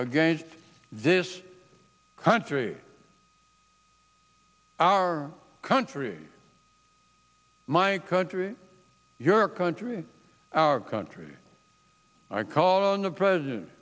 against this country our country my country your country our country i call on the president